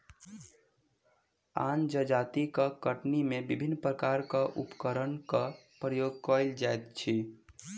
आन जजातिक कटनी मे विभिन्न प्रकारक उपकरणक प्रयोग कएल जाइत अछि